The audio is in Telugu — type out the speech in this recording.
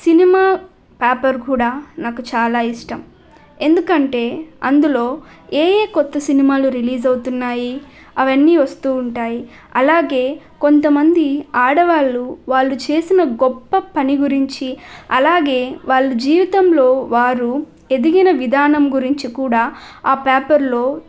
సినిమా పేపర్ కూడా నాకు చాలా ఇష్టం ఎందుకంటే అందులో ఏ ఏ కొత్త సినిమాలు రిలీజ్ అవుతున్నాయి అవన్నీ వస్తు ఉంటాయి అలాగే కొంతమంది ఆడవాళ్లు వాళ్ళు చేసిన గొప్ప పని గురించి అలాగే వాళ్ళ జీవితంలో వారు ఎదిగిన విధానం గురించి కూడా ఆ పేపర్లో